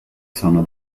sono